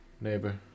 neighbor